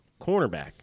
cornerback